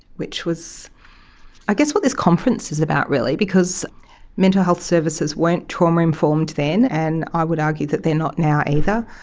which is i guess what this conference is about really because mental health services weren't trauma informed then and i would argue that they are not now either.